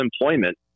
employment